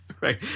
right